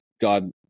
God